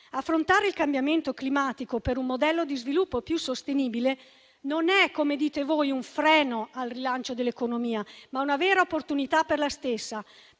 Affrontare il cambiamento climatico per un modello di sviluppo più sostenibile non è - come dite voi - un freno al rilancio dell'economia, ma una vera opportunità per la stessa.